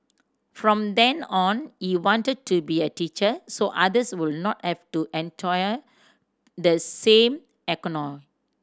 from then on he wanted to be a teacher so others would not have to the same agony